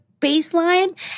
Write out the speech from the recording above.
baseline